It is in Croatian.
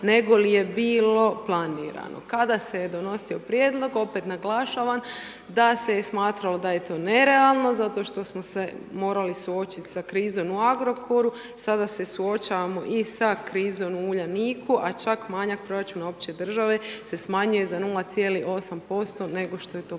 nego li je bilo planirano. Kada se je donosio prijedlog, opet naglašavam da se je smatralo da je to nerealno zato što smo se morali suočiti sa krizom u Agrokoru, sada se suočavamo i sa krizom u Uljaniku a čak manjak proračuna opće države se smanjuje za 0,8% nego što je to